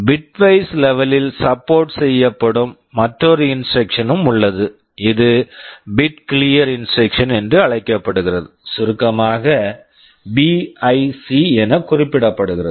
bitwise bitwise level level ல் support support செய்யப்படும் மற்றொரு இன்ஸ்ட்ரக்க்ஷன் instruction ம் உள்ளது இது bit clear instruction bit clear instruction என்று அழைக்கப்படுகிறது சுருக்கமாக பிஐசி BIC என குறிக்கப்படுகிறது